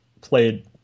played